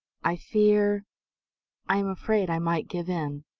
i fear i am afraid i might give in!